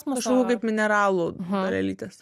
kažkokių kaip mineralų dalelytės